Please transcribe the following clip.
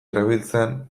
erabiltzean